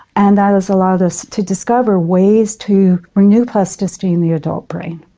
and that has allowed us to discover ways to renew plasticity in the adult brain.